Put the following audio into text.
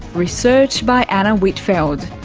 research by anna whitfeld,